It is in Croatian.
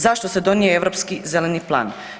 Zašto se donio Europski zeleni plan?